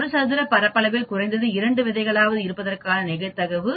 ஒரு சதுர பரப்பளவில் குறைந்தது 2 விதைகளையாவது இருப்பதற்கு நிகழ்தகவு 40 சதவிகிதம்